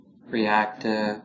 reactive